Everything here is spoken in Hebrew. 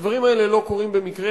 הדברים האלה לא קורים במקרה,